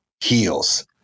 heels